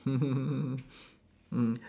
mm